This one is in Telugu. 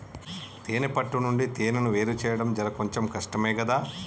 తేనే పట్టు నుండి తేనెను వేరుచేయడం జర కొంచెం కష్టమే గదా